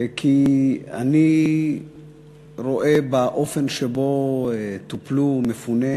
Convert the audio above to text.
כי אני רואה באופן שבו טופלו מפוני